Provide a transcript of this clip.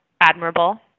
admirable